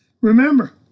Remember